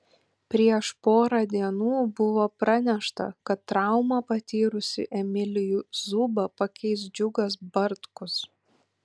prieš porą dienų buvo pranešta kad traumą patyrusį emilijų zubą pakeis džiugas bartkus